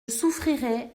souffrirai